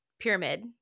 pyramid